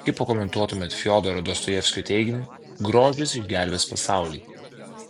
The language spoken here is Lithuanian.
kaip pakomentuotumėte fiodoro dostojevskio teiginį grožis išgelbės pasaulį